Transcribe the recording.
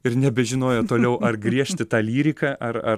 ir nebežinojo toliau ar griežti tą lyriką ar ar